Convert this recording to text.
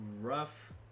rough